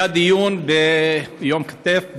היה דיון ביום כת"ף,